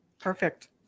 Perfect